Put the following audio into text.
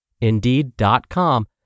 Indeed.com